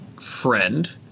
friend